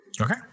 Okay